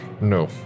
No